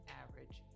average